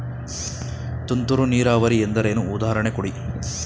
ತುಂತುರು ನೀರಾವರಿ ಎಂದರೇನು, ಉದಾಹರಣೆ ಕೊಡಿ?